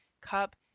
cup